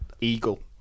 Eagle